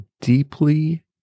deeply